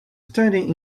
standing